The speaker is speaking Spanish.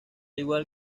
igual